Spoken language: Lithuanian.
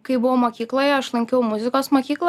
kai buvau mokykloje aš lankiau muzikos mokyklą